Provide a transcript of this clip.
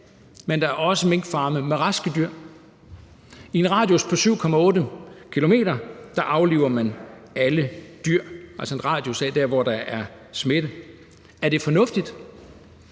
men der er også minkfarme med raske dyr. I en radius på 7,8 km afliver man alle dyr, altså en radius af der, hvor der er smitte. Er det fornuftigt?